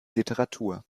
literatur